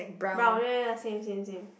brown ya ya same same same